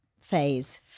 phase